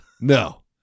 No